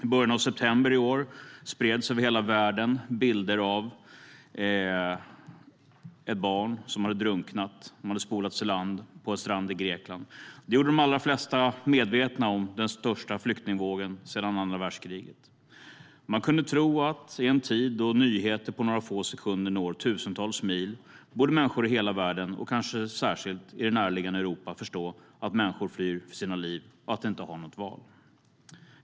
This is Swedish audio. I början av september i år spreds över hela världen bilder av ett barn som hade drunknat och som spolats i land på en strand i Grekland. Det gjorde de allra flesta medvetna om den största flyktingvågen sedan andra världskriget. Man kunde tro att i en tid då nyheter på några få sekunder når tusentals mil borde människor i hela världen, och kanske särskilt i det närliggande Europa, förstå att människor flyr för sina liv och att de inte har något val.